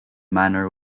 manor